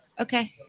Okay